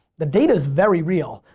the data is very real.